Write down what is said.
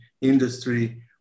industry